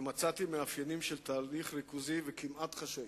ומצאתי מאפיינים של תהליך ריכוזי וכמעט חשאי.